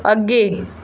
ਅੱਗੇ